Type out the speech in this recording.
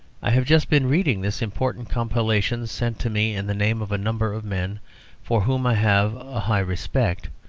i have just been reading this important compilation, sent to me in the name of a number of men for whom i have a high respect,